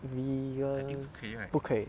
vegan 不可以